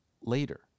later